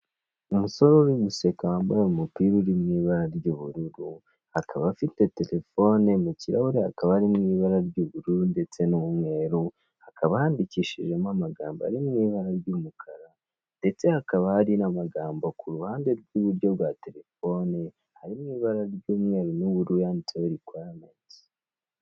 Umusore uri guseka wambaye umupira uri mu ibara ry'ubururu, akaba afite telefone, mu kirahure hakaba harimo ibara ry'ubururu ndetse n'umweru, hakaba handikishijemo amagambo ari mi ibara ry'umukara, ndetse hakaba hari n'amagambo ku ruhande rw'iburo bwa telefone, ari mu ibara ry'umweru n'ubururu, yanditseho rikwayamentisi.